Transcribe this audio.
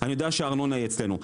אני יודע שהארנונה אצלנו.